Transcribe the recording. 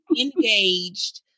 engaged